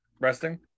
resting